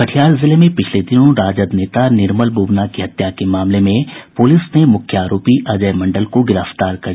कटिहार जिले में पिछले दिनों राजद नेता निर्मल बुबना की हत्या के मामले में पुलिस ने मुख्य आरोपी अजय मंडल को गिरफ्तार कर लिया है